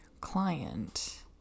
client